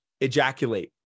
ejaculate